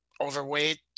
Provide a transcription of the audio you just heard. overweight